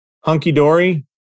hunky-dory